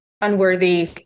unworthy